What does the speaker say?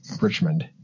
Richmond